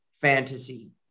fantasy